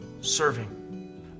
serving